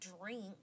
drink